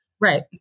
right